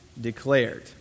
declared